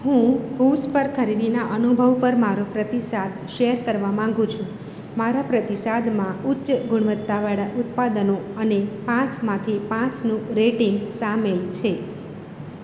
હું કૂવ્સ પર ખરીદીના અનુભવ પર મારો પ્રતિસાદ શેર કરવા માંગુ છું મારા પ્રતિસાદમાં ઉચ્ચ ગુણવત્તાવાળા ઉત્પાદનો અને પાંચમાંથી પાંચનું રેટિંગ સામેલ છે